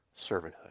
servanthood